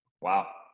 Wow